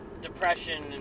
depression